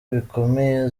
bikomeye